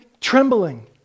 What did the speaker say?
trembling